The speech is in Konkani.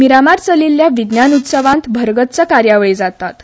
मिरामार चलिल्ल्या विज्ञान उत्सवांत भरगच्च कार्यावळी जातात